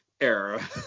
era